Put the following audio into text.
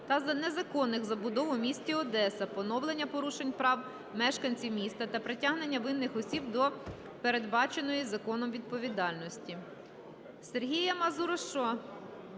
та незаконних забудов в місті Одеса, поновлення порушених прав мешканців міста та притягнення винних осіб до передбаченої законом відповідальності.